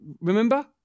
remember